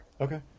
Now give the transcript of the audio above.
Okay